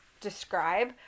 describe